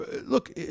Look